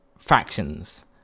Factions